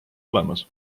olemas